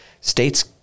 states